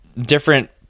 different